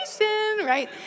right